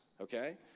okay